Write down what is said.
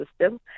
system